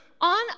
On